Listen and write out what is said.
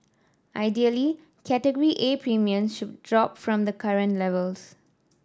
ideally Category A premiums should drop from the current levels